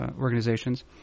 organizations